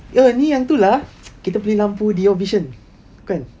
oh ni yang tu lah kita beli lampu D_O vision kan